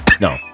No